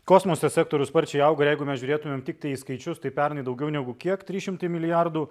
kosmoso sektorius sparčiai auga jeigu mes žiūrėtumėm tiktai į skaičius tai pernai daugiau negu kiek trys šimtai milijardų